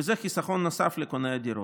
וזה חיסכון נוסף לקוני הדירות.